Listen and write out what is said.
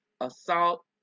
assault